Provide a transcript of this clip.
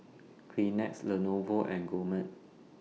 Kleenex Lenovo and Gourmet